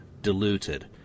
diluted